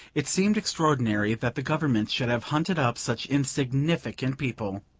it seemed extraordinary that the government should have hunted up such insignificant people.